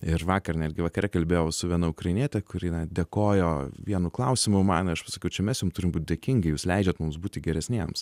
ir vakar netgi vakare kalbėjau su viena ukrainiete kuri dėkojo vienu klausimu man aš pasakiau čia mes jum turim būt dėkingi jūs leidžiat mums būti geresniems